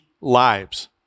lives